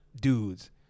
dudes